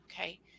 Okay